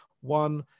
One